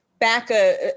back